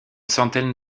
centaine